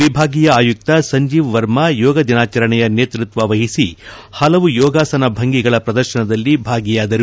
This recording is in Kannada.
ವಿಭಾಗೀಯ ಆಯುಕ್ತ ಸಂಜೀವ್ ವರ್ಮಾ ಯೋಗ ದಿನಾಚರಣೆಯ ನೇತೃತ್ವ ವಹಿಸಿ ಹಲವು ಯೋಗಾಸನ ಭಂಗಿಗಳ ಪ್ರದರ್ಶನದಲ್ಲಿ ಭಾಗಿಯಾದರು